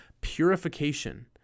purification